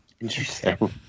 Interesting